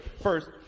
First